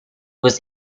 was